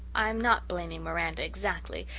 i am not blaming miranda exactly,